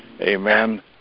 Amen